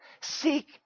Seek